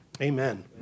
Amen